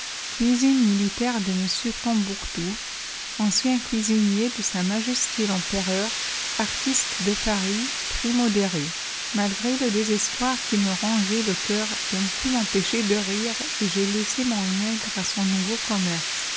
cuisine militaire de m tombouctou ancien cuisinier de s m l'empereur artiste de paris prix moderes malgré le désespoir qui me rongeait le cœur je ne pus m'empêcher de rire et je laissai mon nègre à son nouveau commerce